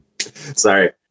Sorry